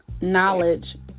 knowledge